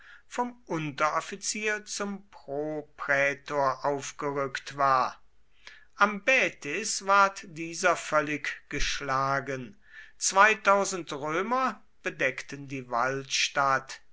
vom unteroffizier zum proprätor aufgerückt war am baetis ward dieser völlig geschlagen römer bedeckten die walstatt